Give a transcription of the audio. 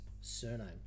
surname